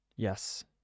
yes